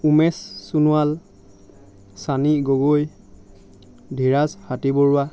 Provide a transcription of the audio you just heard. Umesh Sonowal Dhiraj Gogoi Sani Hatibaruah